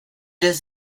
his